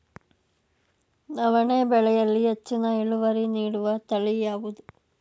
ನವಣೆ ಬೆಳೆಯಲ್ಲಿ ಹೆಚ್ಚಿನ ಇಳುವರಿ ನೀಡುವ ತಳಿ ಯಾವುದು?